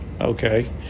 okay